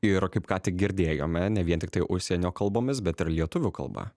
ir kaip ką tik girdėjome ne vien tiktai užsienio kalbomis bet ir lietuvių kalba